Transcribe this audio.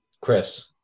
Chris